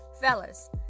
Fellas